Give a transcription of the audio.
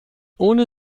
ohne